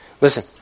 listen